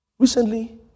Recently